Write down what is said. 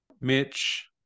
Mitch